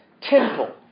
temple